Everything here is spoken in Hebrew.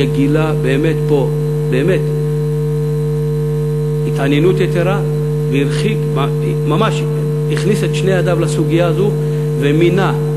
שגילה פה באמת התעניינות יתרה והכניס את שתי ידיו לסוגיה הזאת ומינה,